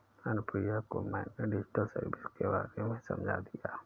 अनुप्रिया को मैंने digital service के बारे में समझा दिया है